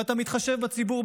ואתה מתחשב בציבור,